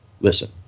Listen